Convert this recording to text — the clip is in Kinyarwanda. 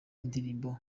indirimbo